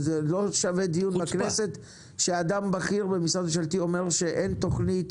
זה לא שווה דיון בכנסת כשאדם בכיר במשרד ממשלתי אומר שאין תוכנית,